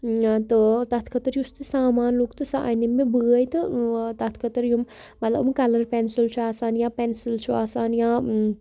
تہٕ تَتھ خٲطرٕ یُس تہِ سامان لوٚگ تہٕ سُہ اَنے مےٚ بٲے تہٕ تَتھ خٲطرٕ یِم مطلب یِم کَلَر پٮ۪نسَل چھُ آسان یا پٮ۪نسَل چھُ آسان یا